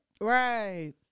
Right